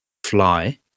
fly